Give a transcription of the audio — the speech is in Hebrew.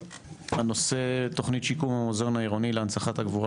הנושא תוכנית שיקום המוזיאון העירוני להנצחת הגבורה